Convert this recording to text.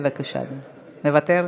בבקשה אדוני, מוותר,